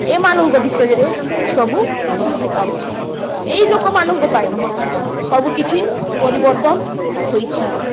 ଏମାନଙ୍କ ବିଷୟରେ ସବୁ କିଛି ହେଇପାରିଛି ଏଇ ଲୋକମାନଙ୍କ ପାଇଁ ସବୁକିଛି ପରିବର୍ତ୍ତନ ହୋଇଛି